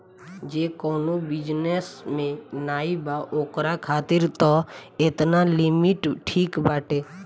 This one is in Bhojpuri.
जे कवनो बिजनेस में नाइ बा ओकरा खातिर तअ एतना लिमिट ठीक बाटे